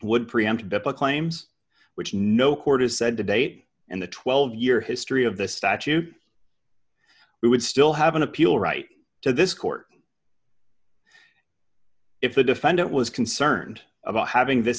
would preempt the claims which no court has said to date and the twelve year history of the statute we would still have an appeal right to this court if the defendant was concerned about having this